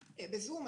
בזום.